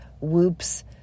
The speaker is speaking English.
whoops